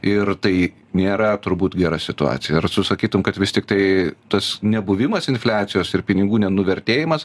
ir tai nėra turbūt gera situacija ar tu sakytum kad vis tiktai tas nebuvimas infliacijos ir pinigų nenuvertėjimas